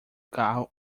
carro